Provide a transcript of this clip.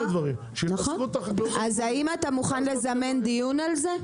דברים -- אז האם אתה מוכן לזמן דיון על זה?